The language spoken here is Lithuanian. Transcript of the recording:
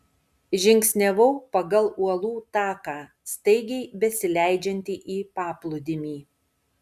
žingsniavau pagal uolų taką staigiai besileidžiantį į paplūdimį